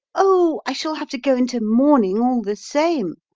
oh, i shall have to go into mourning all the same,